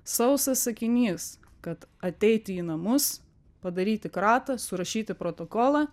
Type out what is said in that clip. sausas sakinys kad ateiti į namus padaryti kratą surašyti protokolą